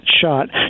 shot